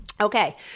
Okay